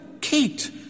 Kate